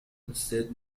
instead